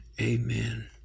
amen